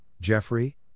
Jeffrey